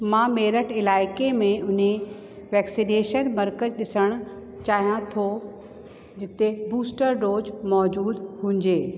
मां मेरठ इलाइक़े में उहे वैक्सनेशन मर्कज़ ॾिसणु चाहियां थो जिते बूस्टर डोज मौजूद हुजे